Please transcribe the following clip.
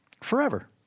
Forever